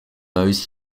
those